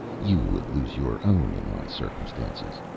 you would lose your own, in my circumstances.